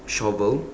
shovel